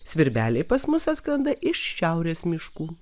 svirbeliai pas mus atskrenda iš šiaurės miškų